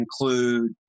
include